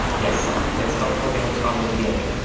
yes, it's dog fooding from the beginning.